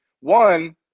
One